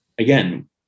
Again